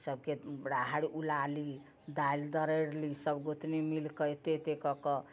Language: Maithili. सभके राहरि उला ली दालि दरैरि ली सभ गोतनी मिलकऽ एते एते कऽ कऽ